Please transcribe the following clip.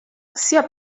sia